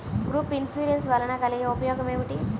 Group insurance వలన కలిగే ఉపయోగమేమిటీ?